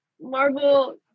Marvel